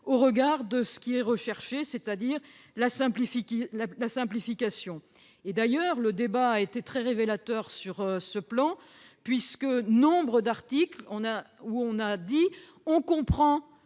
au regard de ce qui est recherché, c'est-à-dire la simplification. Le débat a été très révélateur sur ce plan. Sur nombre d'articles, on a dit comprendre